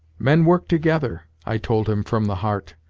men work together i told him from the heart,